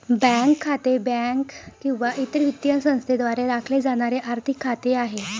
bank खाते हे bank किंवा इतर वित्तीय संस्थेद्वारे राखले जाणारे आर्थिक खाते आहे